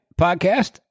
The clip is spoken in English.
podcast